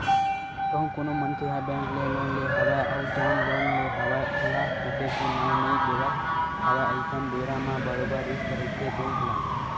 कहूँ कोनो मनखे ह बेंक ले लोन ले हवय अउ जउन लोन ले हवय ओला छूटे के नांव नइ लेवत हवय अइसन बेरा म बरोबर रिस्क रहिथे बेंक ल